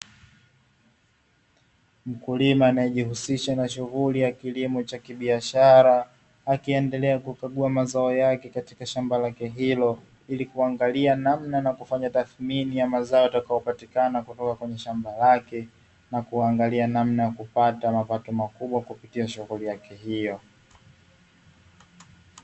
Mkulima anayejihusisha na shughuli kilimo cha kibiashara akiendelea kukagua mazao yake katika shamba lake hilo, ili kuangalia namna na kufanya tathmini ya mazao yatakayopatikana kutoka kwenye shamba lake, na kuangalia namna ya kupata mapato makubwa kupitia shughuli yake hiyo.